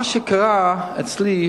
מה שקרה אצלי,